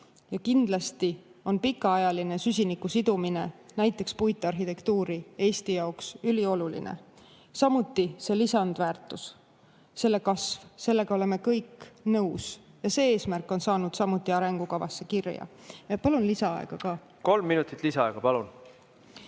Kindlasti on pikaajaline süsiniku sidumine näiteks puitarhitektuuri, Eesti jaoks ülioluline, samuti see lisandväärtus, selle kasv. Sellega oleme kõik nõus. Ja see eesmärk on saanud samuti arengukavasse kirja. Palun lisaaega ka. Kolm minutit lisaaega, palun!